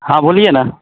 हाँ बोलिए ना